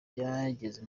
ryageze